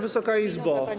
Wysoka Izbo!